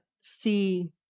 see